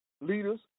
leaders